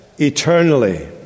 eternally